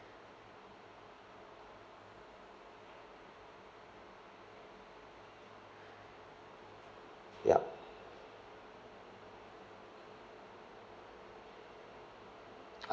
yup